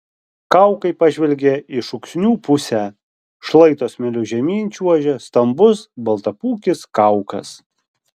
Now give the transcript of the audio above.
kaukai pažvelgė į šūksnių pusę šlaito smėliu žemyn čiuožė stambus baltapūkis kaukas